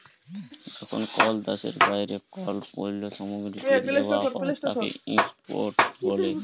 যখন কল দ্যাশের বাইরে কল পল্য সামগ্রীকে লেওয়া হ্যয় তাকে ইম্পোর্ট ব্যলে